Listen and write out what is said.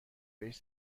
بهش